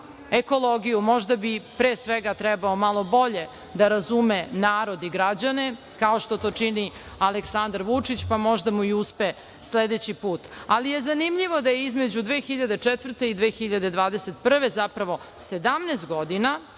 ekologiju. Možda bi, pre svega, trebao malo bolje da razume narod i građane, kao što to čini Aleksandar Vučić, pa možda mu i uspe sledeći put. Ali je zanimljivo da je između 2004. i 2021. godine, zapravo 17 godina,